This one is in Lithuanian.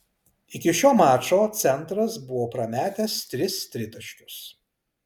iki šio mačo centras buvo prametęs tris tritaškius